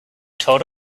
told